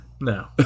No